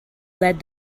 led